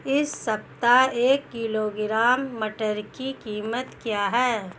इस सप्ताह एक किलोग्राम मटर की कीमत क्या है?